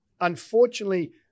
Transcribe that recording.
unfortunately